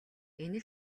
энэ